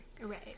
Right